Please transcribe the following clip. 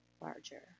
larger